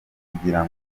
kugira